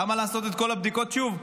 למה לעשות את כל הבדיקות שוב?